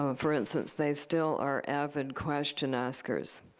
ah for instance, they still are avid question-askers.